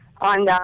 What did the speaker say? on